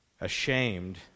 Ashamed